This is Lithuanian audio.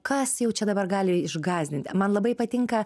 kas jau čia dabar gali išgąsdinti man labai patinka